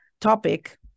topic